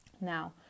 Now